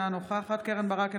אינה נוכחת קרן ברק,